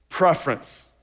preference